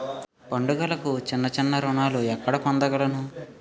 పండుగలకు చిన్న చిన్న రుణాలు ఎక్కడ పొందగలను?